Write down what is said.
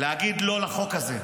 להגיד לא לחוק הזה,